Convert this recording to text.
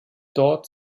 dort